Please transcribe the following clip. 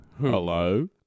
Hello